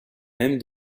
même